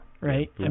right